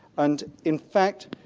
and in fact,